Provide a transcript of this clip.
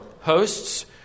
hosts